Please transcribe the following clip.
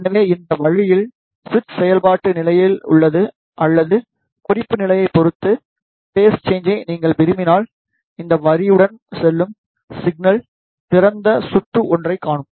எனவே இந்த வழியில் சுவிட்ச் செயல்பாட்டு நிலையில் உள்ளது அல்லது குறிப்பு நிலையைப் பொறுத்து பேஸ் சேன்ஜை நீங்கள் விரும்பினால் இந்த வரியுடன் செல்லும் சிக்னல் திறந்த சுற்று ஒன்றைக் காணும்